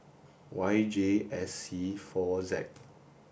Y J S C four Z